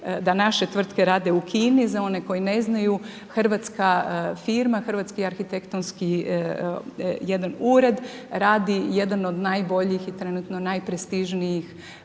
da naše tvrtke rade u Kini. Za one koji ne znaju, hrvatska firma, hrvatski arhitektonski jedan ured radi jedan od najboljih i trenutno najprestižnijih